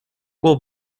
will